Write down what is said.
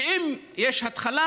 ואם יש התחלה,